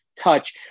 touch